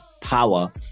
power